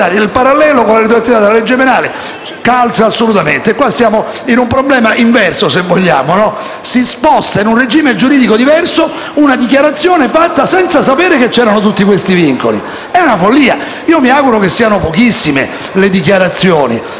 una dichiarazione fatta senza sapere che c'erano tutti questi vincoli. È una follia! Io mi auguro che siano pochissime le dichiarazioni, perché poi il bello di queste leggi è che vengono invocate da molti, ma poi vengono usate poco (basta andare a vedere quelle sulle unioni civili o altre leggi quanto siano state